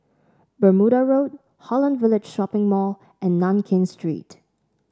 Bermuda Road Holland Village Shopping Mall and Nankin Street